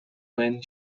when